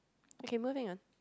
okay moving on